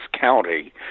county